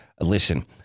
listen